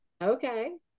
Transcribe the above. Okay